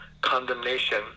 condemnation